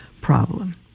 problem